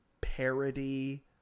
parody